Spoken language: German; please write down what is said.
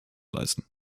leisten